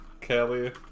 Kelly